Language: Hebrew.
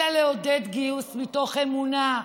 אלא לעודד גיוס מתוך אמונה,